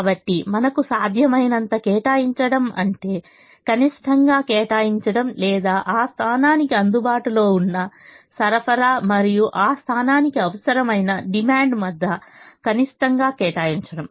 కాబట్టి మనకు సాధ్యమైనంత కేటాయించడం అంటే కనిష్టంగా కేటాయించడం లేదా ఆ స్థానానికి అందుబాటులో ఉన్న సరఫరా మరియు ఆ స్థానానికి అవసరమైన డిమాండ్ మధ్య కనిష్టంగా కేటాయించడం